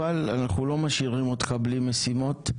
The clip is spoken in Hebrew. אנחנו לא משאירים אותך בלי משימות,